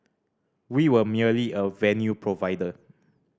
we were merely a venue provider